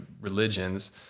religions